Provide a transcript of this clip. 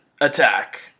Attack